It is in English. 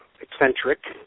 eccentric